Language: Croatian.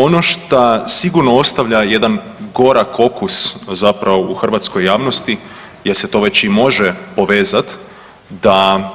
Ono šta sigurno ostavlja jedan gorak okus zapravo u hrvatskoj javnosti jer se to već i može povezati, da